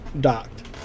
docked